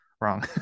wrong